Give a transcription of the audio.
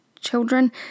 children